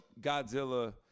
Godzilla